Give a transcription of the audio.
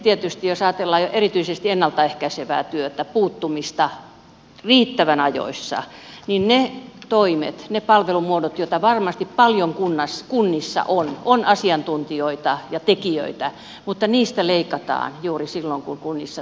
tietysti jos ajatellaan erityisesti ennalta ehkäisevää työtä puuttumista riittävän ajoissa niistä toimista niistä palvelumuodoista joita varmasti paljon kunnissa on on asiantuntijoita ja tekijöitä leikataan juuri silloin kun kunnissa rahat eivät riitä